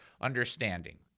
understanding